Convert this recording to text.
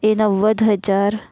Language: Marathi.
ए नव्वद हजार